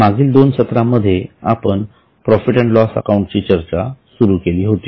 मागील दोन सत्रांमध्ये आपण प्रॉफिट अँड लॉस अकाउंटची चर्चा सुरू केली होती